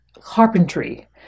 carpentry